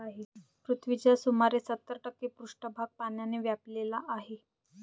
पृथ्वीचा सुमारे सत्तर टक्के पृष्ठभाग पाण्याने व्यापलेला आहे